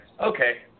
okay